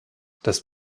das